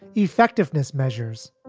effectiveness measures,